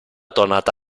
tornata